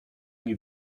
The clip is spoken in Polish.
nie